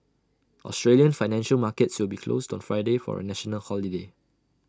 Australian financial markets will be closed on Friday for A national holiday